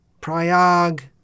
Prayag